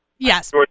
Yes